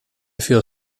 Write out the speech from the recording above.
feel